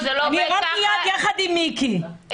אני יד ביד ביחד עם מיקי לוי.